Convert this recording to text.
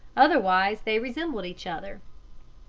otherwise they resembled each other.